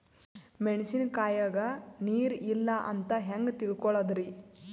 ಮೆಣಸಿನಕಾಯಗ ನೀರ್ ಇಲ್ಲ ಅಂತ ಹೆಂಗ್ ತಿಳಕೋಳದರಿ?